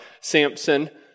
Samson